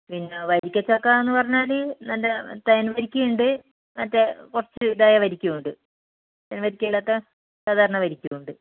പിന്നെ വരിക്കച്ചക്കാന്ന് പറഞ്ഞാല് നല്ല തേൻവരിക്ക ഉണ്ട് മറ്റെ കുറച്ച് ഇതായ വരിക്കയും ഉണ്ട് തേൻവരിക്കയിലൊക്കെ സാധാരണ വരിക്കയും ഉണ്ട്